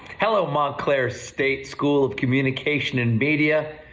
hello montclair state school of communication and media.